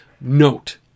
note